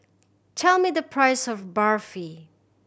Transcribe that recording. tell me the price of Barfi